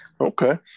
Okay